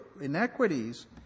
inequities